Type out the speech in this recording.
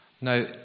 Now